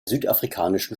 südafrikanischen